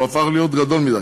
הוא הפך להיות גדול מדי,